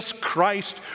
Christ